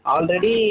Already